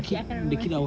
okay I can't remember